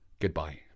goodbye